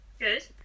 Good